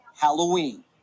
Halloween